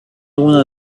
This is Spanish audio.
una